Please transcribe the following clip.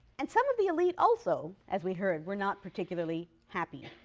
and some of the elite also, as we heard, were not particularly happy.